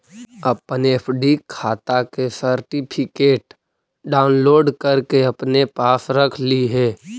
अपन एफ.डी खाता के सर्टिफिकेट डाउनलोड करके अपने पास रख लिहें